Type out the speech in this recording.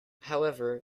however